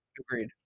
Agreed